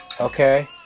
Okay